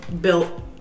built